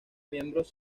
miembros